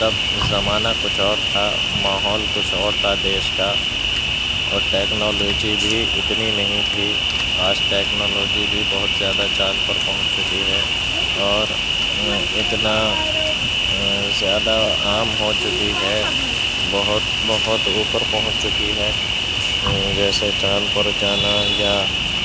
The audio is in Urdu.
تب زمانہ کچھ اور تھا ماحول کچھ اور تھا دیش کا اور ٹیکنالوجی بھی اتنی نہیں تھی آج ٹیکنالوجی بھی بہت زیادہ چاند پر پہنچ چکی ہے اور اتنا زیادہ عام ہو چکی ہے بہت بہت اوپر پہنچ چکی ہے جیسے چاند پر جانا یا